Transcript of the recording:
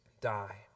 die